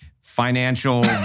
financial